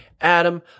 Adam